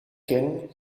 kin